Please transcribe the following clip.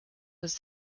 was